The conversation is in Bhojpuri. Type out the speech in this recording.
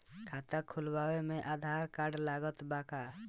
खाता खुलावे म आधार कार्ड लागत बा का?